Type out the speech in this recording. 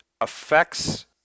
affects